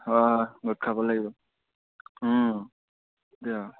হয় গোট খাব লাগিব অঁ দিয়া